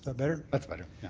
ah better? that's better,